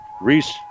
Reese